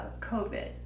COVID